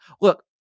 Look